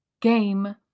game